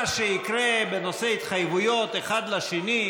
מה שיקרה בנושא התחייבויות אחד לשני,